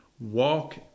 walk